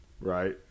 right